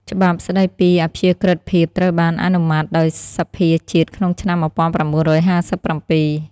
ច្បាប់ស្តីពីអព្យាក្រឹតភាពត្រូវបានអនុម័តដោយសភាជាតិក្នុងឆ្នាំ ១៩៥៧។